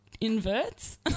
inverts